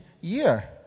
year